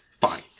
fine